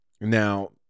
Now